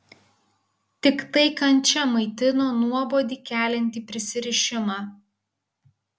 tiktai kančia maitino nuobodį keliantį prisirišimą